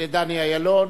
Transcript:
דני אילון.